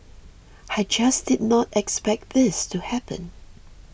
I just did not expect this to happen